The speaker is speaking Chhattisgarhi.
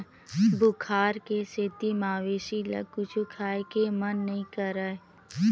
बुखार के सेती मवेशी ल कुछु खाए के मन नइ करय